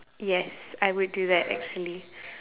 yes I would do that actually